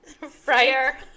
Friar